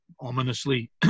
ominously